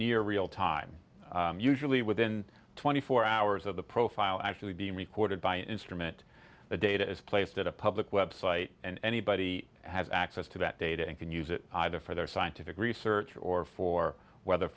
near real time usually within twenty four hours of the profile actually being recorded by instrument the data is placed at a public web site and anybody has access to that data and can use it either for their scientific research or for weather